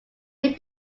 leave